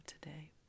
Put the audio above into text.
today